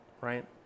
right